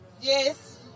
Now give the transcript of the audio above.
Yes